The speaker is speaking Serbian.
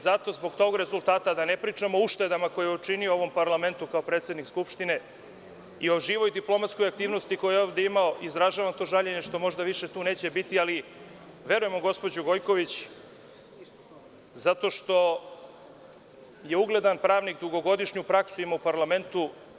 Zato, zbog tog rezultata, a da ne pričamo o uštedama koje je učinio u ovom parlamentu kao predsednik Skupštine i o diplomatskoj aktivnosti koje je ovde imao, izražavam to žaljenje što možda više tu neće biti, ali verujem u gospođu Gojković zato što je ugledan pravnik i ima dugogodišnju praksu u parlamentu.